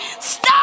Stop